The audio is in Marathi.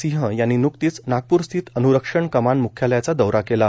सिंह यांनी न्कतीच नागपूर स्थित अन्रक्षण कमान मुख्यालयाचा दौरा केला